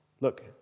Look